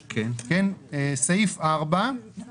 של 50%. מכיוון שהמדינה מראש ויתרה על ה-10% האלה,